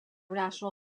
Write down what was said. national